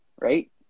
right